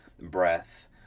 breath